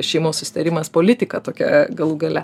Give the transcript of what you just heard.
šeimos susitarimas politika tokia galų gale